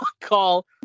Call